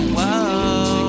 Whoa